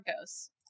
ghosts